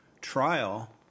trial